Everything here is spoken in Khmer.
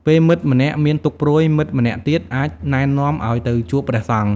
ពេលមិត្តម្នាក់មានទុក្ខព្រួយ មិត្តម្នាក់ទៀតអាចណែនាំឲ្យទៅជួបព្រះសង្ឃ។